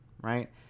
right